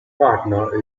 partner